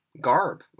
garb